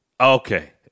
Okay